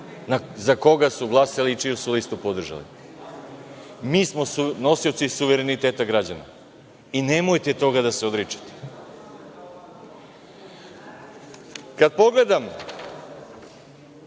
za koga su glasali i čiju su listu podržali. Mi smo nosioci suvereniteta građana i nemojte toga da se odričete. Kad pogledam